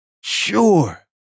Sure